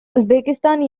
uzbekistan